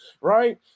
right